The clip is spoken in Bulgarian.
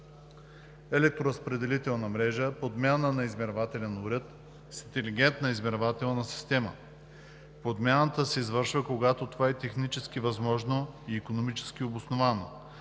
електроразпределителна мрежа подмяна на измервателен уред с интелигентна измервателна система. Подмяната се извършва, когато това е технически възможно и икономически обосновано,